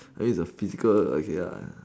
that is a physical okay